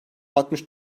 altmış